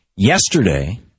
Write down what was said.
Yesterday